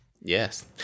Yes